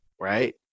Right